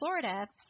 Florida